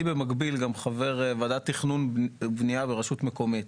אני במקביל גם חבר וועדת תכנון בניה ברשות מקומית,